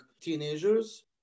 teenagers